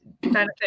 benefit